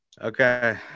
Okay